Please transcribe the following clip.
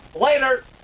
Later